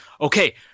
okay